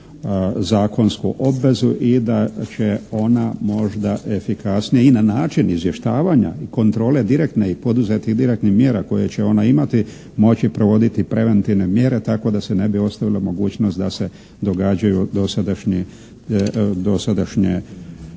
zakonsku obvezu i da će ona možda efikasnije i na način izvještavanja i kontrole direktne i poduzetih direktnih mjera koje će ona imati moći provoditi preventivne mjere tako da se ne bi ostavila mogućnost da se događaju dosadašnje